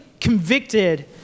convicted